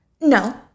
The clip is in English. no